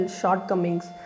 shortcomings